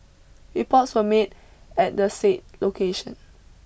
reports were made at the say location